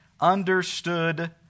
understood